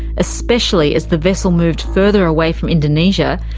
especially as the vessel moved further away from indonesia,